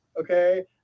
Okay